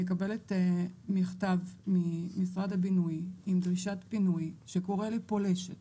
מקבלת מכתב ממשרד הבינוי עם דרישת פינוי שקורא לי פולשת